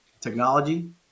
technology